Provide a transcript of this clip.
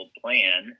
plan